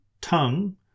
tongue